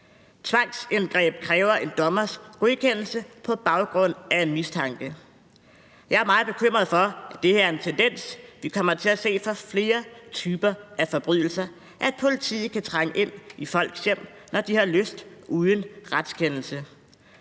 Tvangsindgreb kræver en dommers godkendelse på baggrund af en mistanke. Jeg er meget bekymret for, at det her er en tendens, vi kommer til at se for flere typer af forbrydelser: at politiet kan trænge ind i folks hjem, når de har lyst, uden retskendelse.